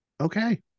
Okay